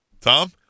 Tom